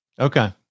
Okay